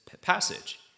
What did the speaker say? passage